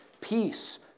peace